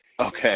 Okay